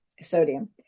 sodium